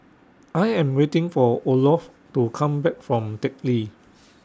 I Am waiting For Olof to Come Back from Teck Lee